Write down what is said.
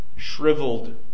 shriveled